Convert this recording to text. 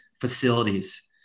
facilities